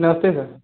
नमस्ते सर